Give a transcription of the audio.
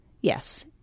yes